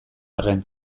arren